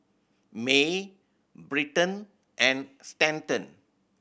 Mae Bryton and Stanton